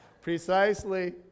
Precisely